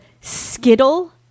Skittle